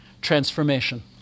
transformation